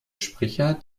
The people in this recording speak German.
sprecher